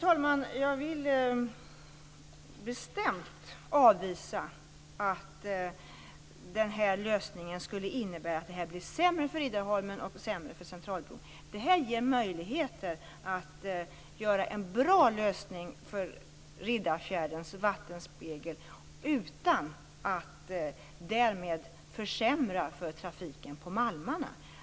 Fru talman! Jag vill bestämt avvisa att den här lösningen skulle innebära att det blir sämre för Riddarholmen och för Centralbron. Det här ger möjligheter att åstadkomma en bra lösning för Riddarfjärdens vattenspegel utan att därmed försämra för trafiken på malmarna.